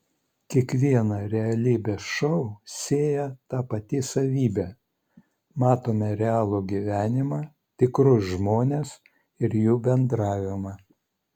kiekvieną realybės šou sieja ta pati savybė matome realų gyvenimą tikrus žmones ir jų bendravimą